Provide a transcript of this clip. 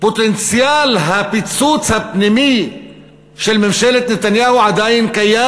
פוטנציאל הפיצוץ הפנימי של ממשלת נתניהו עדיין קיים.